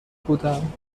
بودم